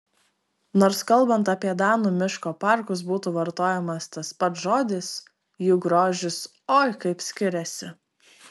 nors kalbant apie danų miško parkus būtų vartojamas tas pats žodis jų grožis oi kaip skiriasi